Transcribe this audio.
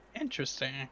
Interesting